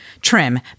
trim